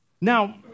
Now